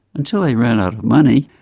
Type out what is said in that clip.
until they ran out of money.